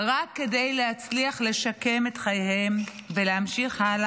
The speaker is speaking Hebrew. רק כדי להצליח לשקם את חייהם ולהמשיך הלאה,